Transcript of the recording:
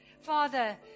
Father